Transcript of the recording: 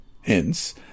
Hence